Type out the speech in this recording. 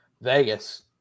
Vegas